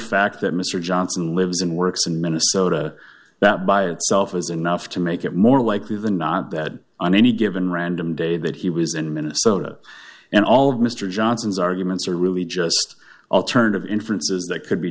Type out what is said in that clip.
fact that mr johnson lives and works in minnesota that by itself is enough to make it more likely than not that on any given random day that he was in minnesota and all of mr johnson's arguments are really just alternative inferences that could be